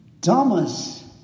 Thomas